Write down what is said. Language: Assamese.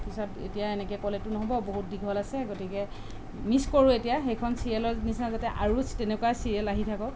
পিছত এতিয়া এনেকে ক'লেতো নহ'ব বহুত দীঘল আছে গতিকে মিছ কৰোঁ এতিয়া সেইখন চিৰিয়েলৰ নিছিনা যাতে আৰু তেনেকুৱা চিৰিয়েল আহি থাকক